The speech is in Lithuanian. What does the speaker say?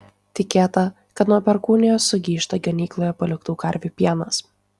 tikėta kad nuo perkūnijos sugyžta ganykloje paliktų karvių pienas